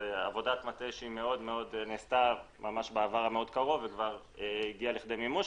זו עבודת מטה שנעשתה ממש לא מזמן וכבר הגיעה לידי מימוש,